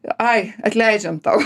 ai atleidžiam tau